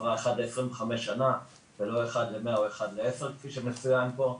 אחד ל-25 שנה ולא אחד ל-100 או אחד ל-10 כפי שמצוין פה.